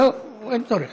לא, אין צורך.